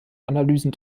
analysen